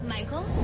Michael